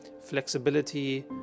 flexibility